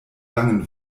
langen